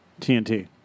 TNT